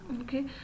okay